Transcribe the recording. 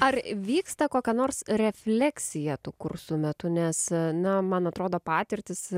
ar vyksta kokia nors refleksija tų kursų metu nes na man atrodo patirtys